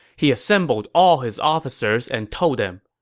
he assembled all his officers and told them,